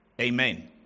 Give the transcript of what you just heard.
Amen